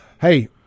Hey